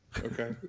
Okay